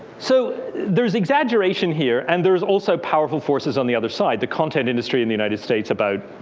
so there's exaggeration here. and there is also powerful forces on the other side. the content industry in the united states about